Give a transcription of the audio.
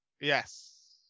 Yes